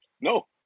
No